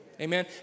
Amen